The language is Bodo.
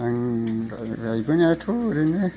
आं गायबोनायाथ' ओरैनो